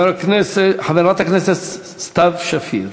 חברת הכנסת סתיו שפיר.